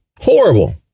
Horrible